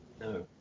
No